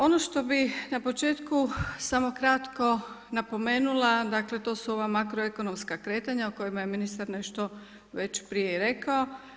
Ono što bih na početku samo kratko napomenula, dakle to su ova makroekonomska kretanja o kojima je ministar nešto već i prije rekao.